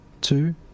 two